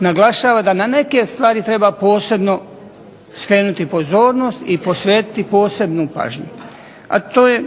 naglašava da na neke stvari treba posebno skrenuti pozornost i posvetiti posebnu pažnju, a to je